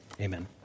amen